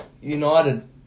United